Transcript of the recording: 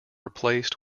replaced